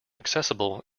accessible